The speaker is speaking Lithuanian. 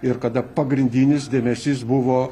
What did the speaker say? ir kada pagrindinis dėmesys buvo